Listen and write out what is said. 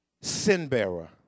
sin-bearer